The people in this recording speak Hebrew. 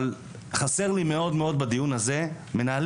אבל חסר לי מאוד בדיון הזה מנהלים,